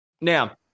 Now